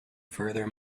further